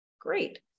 great